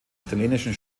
italienischen